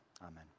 amen